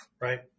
right